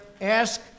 Ask